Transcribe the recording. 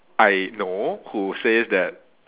I know who says that